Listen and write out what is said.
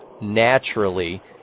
naturally